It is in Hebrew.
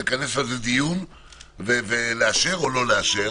לכנס על זה דיון ולאשר או לא לאשר